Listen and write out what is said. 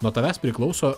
nuo tavęs priklauso